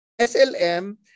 SLM